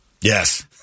Yes